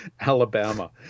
Alabama